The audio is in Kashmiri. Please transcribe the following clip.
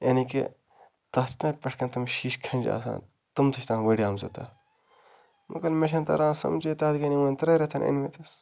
یعنی کہِ تَتھ چھِنَہ پٮ۪ٹھ کَنۍ تِم شیٖشہٕ کھنٛجہِ آسان تِم تہِ چھِ تَتھ وٕڈیمژٕ تہٕ مگر مےٚ چھِنہٕ تَران سَمجٕے تَتھ گٔے نہٕ وٕنۍ ترٛے رٮ۪تھ أنۍمٕتِس